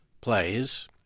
plays